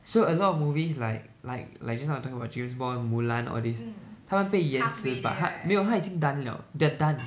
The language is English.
so a lot of movies like like like just now I'm talking about James Bond Mulan all these 他们被延迟 but 他没有他们已经 done liao they are done